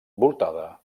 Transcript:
voltada